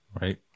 Right